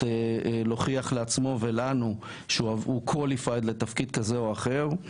להוכיח לעצמו ולנו שהוא מוכשר לתפקיד זה או אחר.